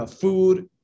food